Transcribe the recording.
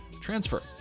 transfer